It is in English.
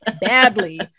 badly